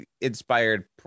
inspired